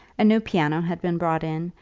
a new piano had been brought in,